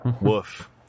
Woof